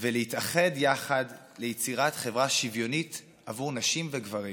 ולהתאחד יחד ליצירת חברה שוויונית עבור נשים וגברים.